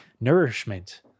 nourishment